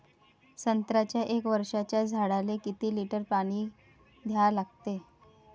संत्र्याच्या एक वर्षाच्या झाडाले किती लिटर पाणी द्या लागते?